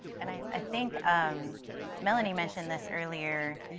and i think um melanie mentioned this earlier,